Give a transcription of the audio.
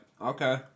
Okay